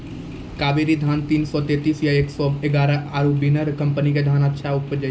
कावेरी धान तीन सौ तेंतीस या एक सौ एगारह आरु बिनर कम्पनी के धान अच्छा उपजै छै?